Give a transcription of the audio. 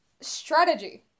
strategy